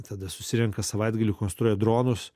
tada susirenka savaitgalį konstruoja dronus